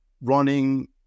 running